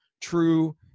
true